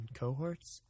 cohorts